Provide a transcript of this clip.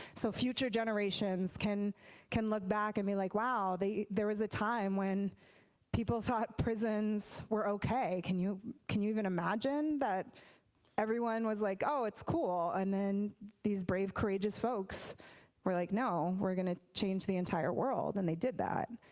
so future generations can can look back and be like wow, there was a time when people thought prisons were okay. can you can you even imagine everyone was like oh, it's cool. and then these brave, corageous folks were like no, we're going to change the entire world. and they did that.